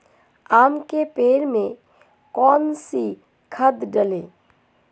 आम के पेड़ में कौन सी खाद डालें?